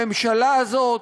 הממשלה הזאת,